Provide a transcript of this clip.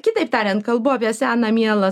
kitaip tariant kalbu apie seną mielą